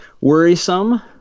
worrisome